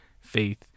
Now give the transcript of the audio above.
faith